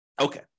Okay